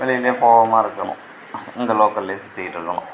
வெளியவே போகாம இருக்கணும் இங்கே லோக்கல்லையே சுற்றிக்கிட்டு இருக்கணும்